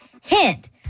Hint